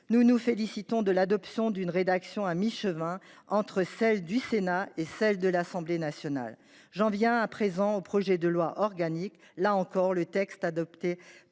Nous nous réjouissons de l’adoption d’une rédaction à mi-chemin entre celle du Sénat et celle de l’Assemblée nationale. J’en viens à présent au projet de loi organique. Là encore, le texte élaboré